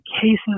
cases